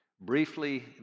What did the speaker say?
briefly